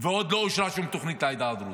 ועוד לא אושרה שום תוכנית לעדה הדרוזית.